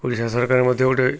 ଓଡ଼ିଶା ସରକାର ମଧ୍ୟ ଗୋଟେ